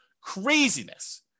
Craziness